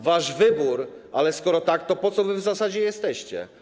Wasz wybór, ale skoro tak, to po co wy w zasadzie jesteście?